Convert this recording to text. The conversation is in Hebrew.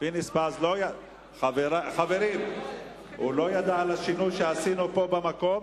פינס-פז לא ידע על השינוי שעשינו פה במקום,